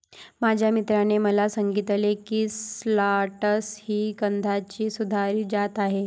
माझ्या मित्राने मला सांगितले की शालॉट्स ही कांद्याची सुधारित जात आहे